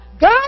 God